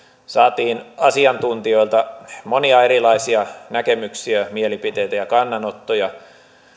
saatiin asiantuntijoilta monia erilaisia näkemyksiä mielipiteitä ja kannanottoja